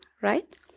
right